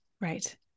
Right